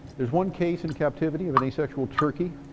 there's one case in captivity of an asexual turkey.